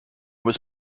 was